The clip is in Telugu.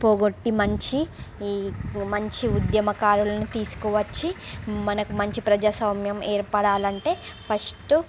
పోగొట్టి మంచి ఈ మంచి ఉద్యమకారూల్ని తీసుకువచ్చి మనకు మంచి ప్రజాస్వామ్యం ఏర్పడాలంటే ఫస్ట్